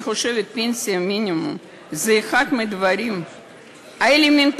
אני חושבת שפנסיה מינימום היא אחד מהדברים האלמנטריים